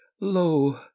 Lo